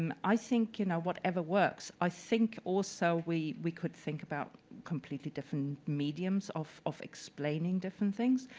um i think, you know, whatever works. i think, also, we we could think about completely different mediums of of explaining different things.